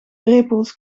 brepoels